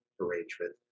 arrangement